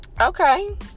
Okay